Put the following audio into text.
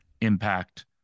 impact